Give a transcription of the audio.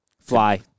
Fly